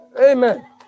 Amen